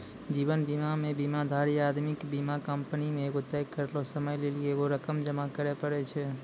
जीवन बीमा मे बीमाधारी आदमी के बीमा कंपनी मे एगो तय करलो समय लेली एगो रकम जमा करे पड़ै छै